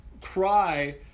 cry